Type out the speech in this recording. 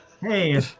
Hey